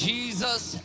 Jesus